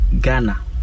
Ghana